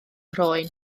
croen